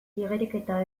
igeriketa